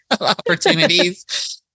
Opportunities